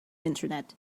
internet